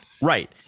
Right